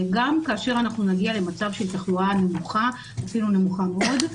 גם כאשר אנחנו נגיע למצב של תחלואה נמוכה ואפילו נמוכה מאוד,